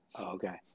Okay